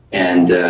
and,